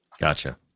Gotcha